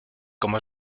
cómo